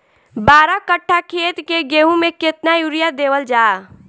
बारह कट्ठा खेत के गेहूं में केतना यूरिया देवल जा?